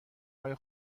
های